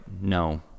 no